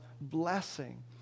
blessing